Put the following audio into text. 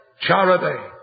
charity